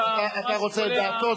אתה רוצה את דעתו?